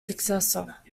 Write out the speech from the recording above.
successor